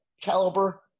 caliber